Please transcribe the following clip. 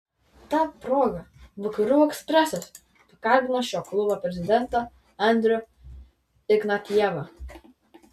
ta proga vakarų ekspresas pakalbino šio klubo prezidentą andrių ignatjevą